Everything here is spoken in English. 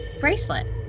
bracelet